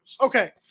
Okay